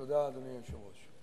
תודה, אדוני היושב-ראש.